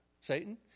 Satan